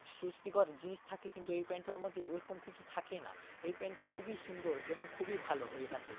অস্বস্তিকর জিনিস থাকে কিন্তু এই প্যান্টটার মধ্যে ওইরকম কিছু থাকে না এই প্যান্টটা খুবই সুন্দর এবং খুবই ভালো হয়ে থাকে